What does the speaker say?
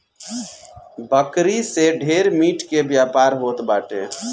बकरी से ढेर मीट के व्यापार होत बाटे